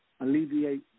alleviate